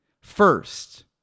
first